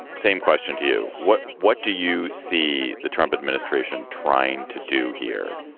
same question to you what what do you see the trump administration trying to do here?